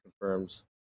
confirms